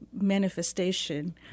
manifestation